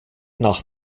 nach